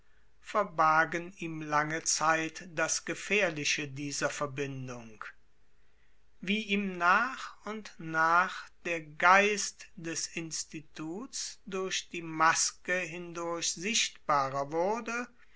verbargen ihm lange zeit das gefährliche dieser verbindung wie ihm nach und nach der geist des instituts durch die maske hindurch sichtbarer wurde